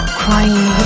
crying